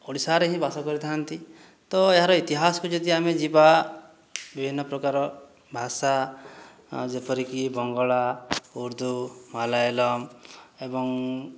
ଓଡ଼ିଶାରେ ହିଁ ବାସ କରିଥାନ୍ତି ତ ଏହାର ଇତିହାସକୁ ଯଦି ଆମେ ଯିବା ବିଭିନ୍ନ ପ୍ରକାର ଭାଷା ଯେପରିକି ବଙ୍ଗଳା ଉର୍ଦ୍ଦୁ ମଲୟାଲମ୍ ଏବଂ